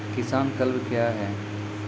किसान क्लब क्या हैं?